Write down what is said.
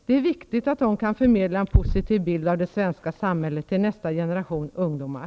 Det är därför viktigt att de kan förmedla en positiv bild av det svenska samhället till nästa generation ungdomar.